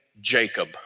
Jacob